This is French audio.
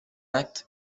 acte